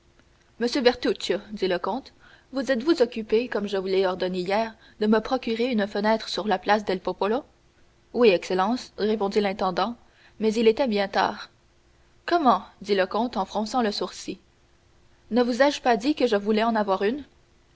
monsieur bertuccio dit le comte vous êtes-vous occupé comme je vous l'avais ordonné hier de me procurer une fenêtre sur la place del popolo oui excellence répondit l'intendant mais il était bien tard comment dit le comte en fronçant le sourcil ne vous ai-je pas dit que je voulais en avoir une